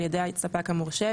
על ידי הספק המורשה,